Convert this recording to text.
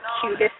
cutest